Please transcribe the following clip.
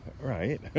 right